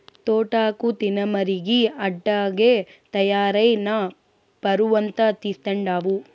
తోటాకు తినమరిగి అట్టాగే తయారై నా పరువంతా తీస్తండావు